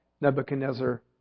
Nebuchadnezzar